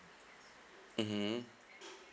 mmhmm